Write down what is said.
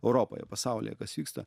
europoje pasaulyje kas vyksta